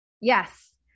Yes